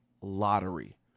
lottery